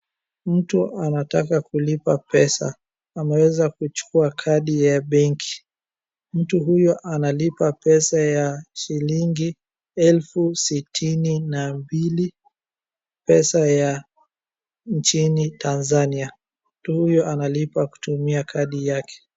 Mtu anataka kulipa pesa. Ameweza kuchukua kadi ya benki. Mtu huyo analipa pesa ya shilingi elfu sitini na mbili pesa ya nchini Tanzania. Mtu huyo analipa kutumia kadi yake.